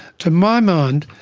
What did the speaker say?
to my mind,